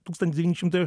tūkstantis devyni šimtai